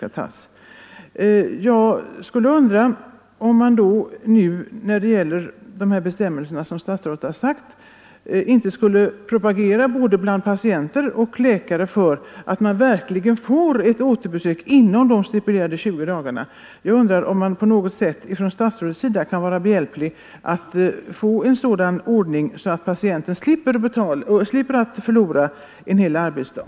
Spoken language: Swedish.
Jag undrar om man inte borde sprida information bland både patienter och läkare om den bestämmelse som statsrådet redogjort för, nämligen att patienten verkligen får sjukpenning vid ett återbesök inom de stipulerade 20 dagarna. Kan statsrådet på något sätt hjälpa till att få till stånd sådan upplysning att patienten slipper att förlora en hel arbetsdag.